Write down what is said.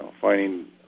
finding